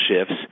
shifts